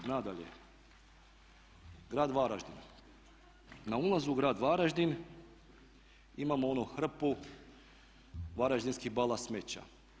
Nadalje, grad Varaždin, na ulazu u grad Varaždin imamo hrpu varaždinskih bala smeća.